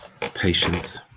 patience